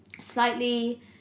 slightly